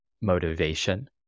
motivation